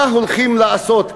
מה הולכים לעשות?